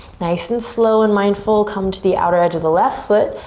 nice and slow and mindful, come to the outer edge of the left foot.